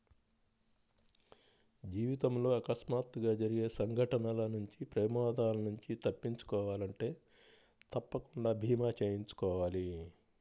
జీవితంలో అకస్మాత్తుగా జరిగే సంఘటనల నుంచి ప్రమాదాల నుంచి తప్పించుకోవాలంటే తప్పకుండా భీమా చేయించుకోవాలి